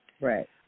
Right